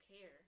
care